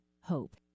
hope